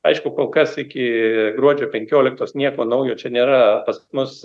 aišku kol kas iki gruodžio penkioliktos nieko naujo čia nėra pas mus